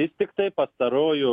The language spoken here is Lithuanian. ir tiktai pastaruoju